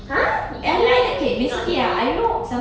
!huh! you eat light you will not heavy